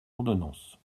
ordonnance